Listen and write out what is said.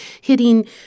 hitting